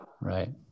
Right